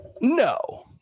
No